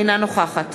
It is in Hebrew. אינה נוכחת